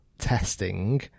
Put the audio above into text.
testing